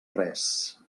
res